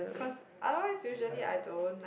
cause otherwise usually I don't